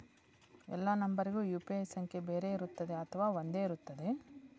ಎಲ್ಲಾ ನಂಬರಿಗೂ ಯು.ಪಿ.ಐ ಸಂಖ್ಯೆ ಬೇರೆ ಇರುತ್ತದೆ ಅಥವಾ ಒಂದೇ ಇರುತ್ತದೆ?